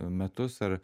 metus ar